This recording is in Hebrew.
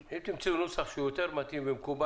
ורמת השירותים בו," אם תמצאו נוסח מתאים יותר ומקובל,